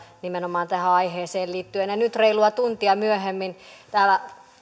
nimenomaan tähän aiheeseen liittyen ja kun nyt reilua tuntia myöhemmin täällä